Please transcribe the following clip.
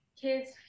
kids